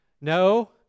No